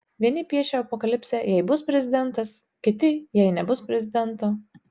vieni piešia apokalipsę jei bus prezidentas kiti jei nebus prezidento